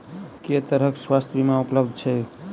केँ तरहक स्वास्थ्य बीमा उपलब्ध छैक?